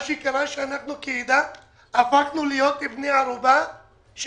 מה שקרה הוא שאנחנו כעדה הפכנו להיות בני ערובה של